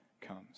comes